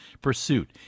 pursuit